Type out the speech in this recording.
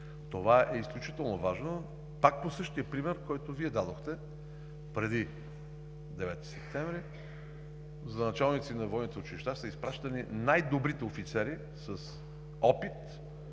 Това е изключително важно пак по същия пример, който Вие дадохте. Преди 9 септември за началници на военните училища са изпращани най-добрите офицери – с опит,